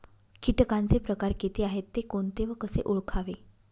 किटकांचे प्रकार किती आहेत, ते कोणते व कसे ओळखावे?